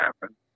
happen